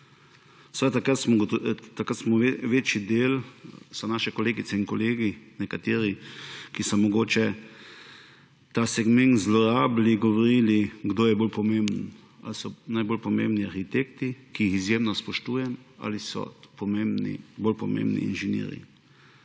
za kulturo. Takrat so naše kolegice in kolegi, nekateri, ki so mogoče ta segment zlorabili, govorili, kdo je bolj pomemben; ali so najbolj pomembni arhitekti, ki jih izjemno spoštujem, ali so bolj pomembni inženirji.